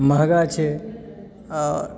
महँगा छै आ